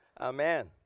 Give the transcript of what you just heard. Amen